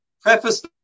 preface